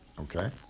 okay